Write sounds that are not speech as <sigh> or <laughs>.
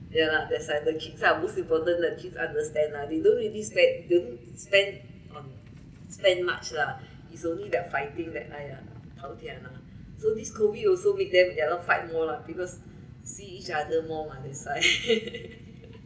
ya lah that's why the kids lah most important like kids understand lah they don't really spend don't spend on spend much lah is only they're fighting that time ah tao tiah lah so this COVID also make them ya loh fight more lah because see each other more mah that's why <laughs>